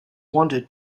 wanted